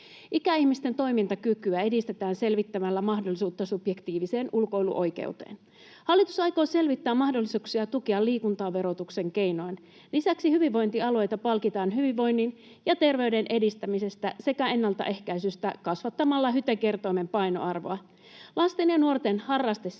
Ikäihmisten toimintakykyä edistetään selvittämällä mahdollisuutta subjektiiviseen ulkoiluoikeuteen. Hallitus aikoo selvittää mahdollisuuksia tukea liikuntaa verotuksen keinoin. Lisäksi hyvinvointialueita palkitaan hyvinvoinnin ja terveyden edistämisestä sekä ennaltaehkäisystä kasvattamalla HYTE-kertoimen painoarvoa. Lasten ja nuorten harrastesetelin